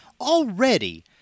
already—